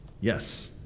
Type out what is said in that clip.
Yes